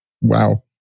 wow